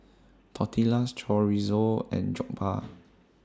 Tortillas Chorizo and Jokbal